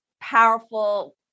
powerful